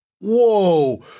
whoa